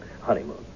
honeymoon